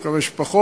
אני מקווה שפחות,